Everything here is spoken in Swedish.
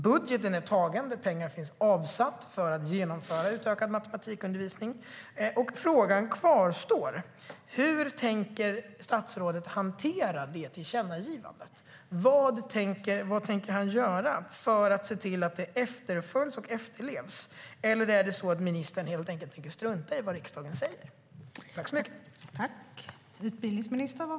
Budgeten är antagen, och där finns pengar avsatta för att genomföra utökad matematikundervisning. Frågan kvarstår: Hur tänker statsrådet hantera tillkännagivandet? Vad tänker statsrådet göra för att se till att det efterföljs och efterlevs? Eller tänker statsrådet helt enkelt strunta i vad riksdagen säger?